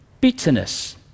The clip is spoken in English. bitterness